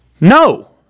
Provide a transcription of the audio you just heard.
No